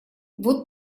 вот